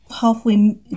Halfway